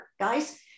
guys